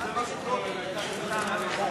לתעסוקת נכים ומוגבלים),